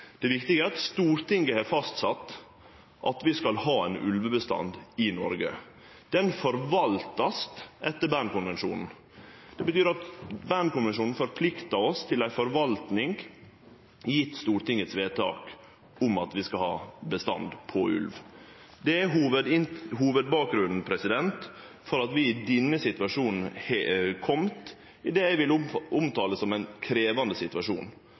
Det viktige er at Stortinget har fastsett at vi skal ha ein ulvebestand i Noreg. Han vert forvalta etter Bernkonvensjonen. Det betyr at Bernkonvensjonen forpliktar oss til ei forvalting, gitt stortingsvedtaket om at vi skal ha ein ulvebestand. Det er hovudbakgrunnen for at vi i denne saka har kome til det eg vil omtale som ein krevjande situasjon.